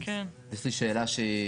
יש לי שאלה שהיא